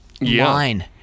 line